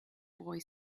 boy